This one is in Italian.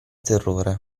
terrore